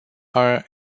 are